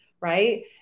right